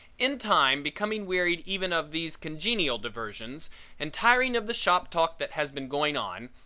in time becoming wearied even of these congenial diversions and tiring of the shop talk that has been going on,